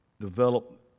develop